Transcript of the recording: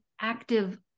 active